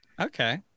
Okay